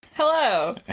Hello